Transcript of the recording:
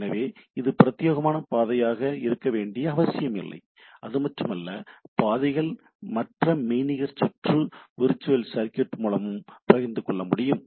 எனவே இது பிரத்தியேகமான பாதையாக இருக்க வேண்டிய அவசியமில்லை அது மட்டுமல்ல பாதைகள் மற்ற மெய்நிகர் சுற்று விர்ச்சுவல் சர்க்யூட் மூலமும் பகிர்ந்து கொள்ள முடியும்